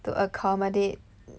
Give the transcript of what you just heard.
to accommodate